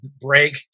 break